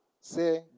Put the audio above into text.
say